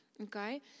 Okay